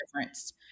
difference